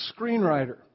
screenwriter